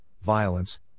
violence